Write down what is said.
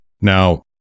Now